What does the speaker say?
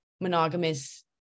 monogamous